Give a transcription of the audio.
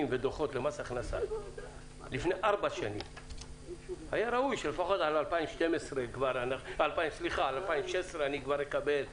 ודוחות למס הכנסה לפני ארבע שנים היה ראוי שלפחות על 2016 אני כבר אקבל,